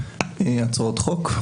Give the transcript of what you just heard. הצעות חוק,